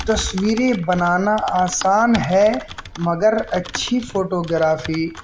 تصویریں بنانا آسان ہے مگر اچھی فوٹوگرافی